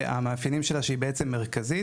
שהמאפיינים שלה זה שהיא בעצם מרכזית.